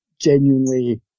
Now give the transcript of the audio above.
genuinely